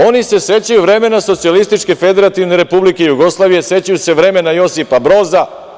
Oni se sećaju vremena Socijalističke Federativne Republike Jugoslavije, sećaju se vremena Josipa Broza.